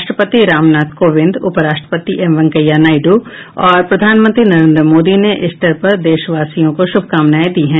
राष्ट्रपति रामनाथ कोविंद उपराष्ट्रपति एम वेंकैया नायड् और प्रधानमंत्री नरेन्द्र मोदी ने ईस्टर पर देशवासियों को शुभकामनाएं दी हैं